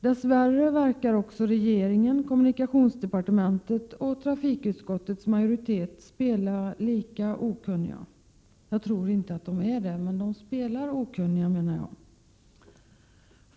Dess värre verkar också regeringen, kommunikationsdepartementet och trafikutskottets majoritet vara lika okunniga. Jag tror inte att de verkligen är det, men de spelar okunniga, menar jag.